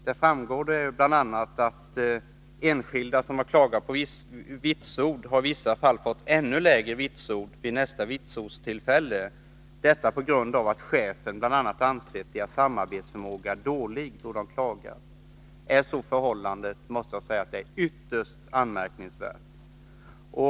Där framgår bl.a. att enskilda som klagat på vitsord i vissa fall fått ännu lägre vitsord vid nästa bedömningstillfälle, bl.a. därför att chefen ansett deras samarbetsförmåga dålig då de klagar. Är detta sant måste jag säga att det är ytterst anmärkningsvärt.